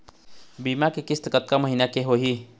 बीमा के किस्त कतका महीना के होही?